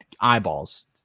eyeballs